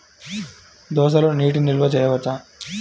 దోసలో నీటి నిల్వ చేయవచ్చా?